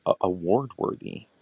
award-worthy